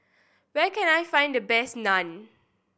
where can I find the best Naan